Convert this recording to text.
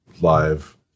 live